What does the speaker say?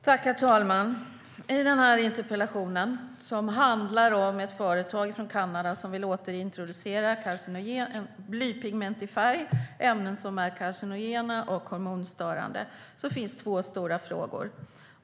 Herr talman! I den här interpellationen, som handlar om ett företag från Kanada som vill återintroducera blypigment i färg, alltså ämnen som är cancerogena och hormonstörande, finns två stora frågor.